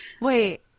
Wait